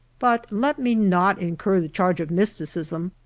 but let me not incur the charge of mysticism,